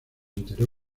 enteró